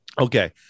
Okay